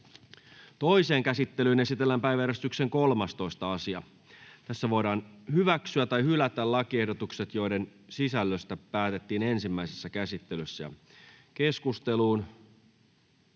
Toiseen käsittelyyn esitellään päiväjärjestyksen 7. asia. Nyt voidaan hyväksyä tai hylätä lakiehdotukset, joiden sisällöstä päätettiin ensimmäisessä käsittelyssä. — Keskusteluun,